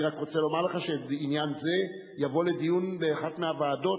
אני רק רוצה לומר לך שעניין זה יבוא לדיון באחת מהוועדות,